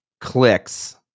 clicks